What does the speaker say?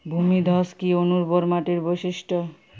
ভূমিধস কি অনুর্বর মাটির বৈশিষ্ট্য?